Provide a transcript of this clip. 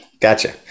Gotcha